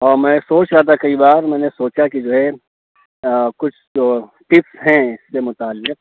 اور میں سوچ رہا تھا کئی بار میں نے سوچا کہ جو ہے کچھ جو ٹپس ہیں اِس کے متعلق